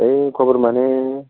होइ खबर माने